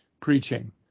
preaching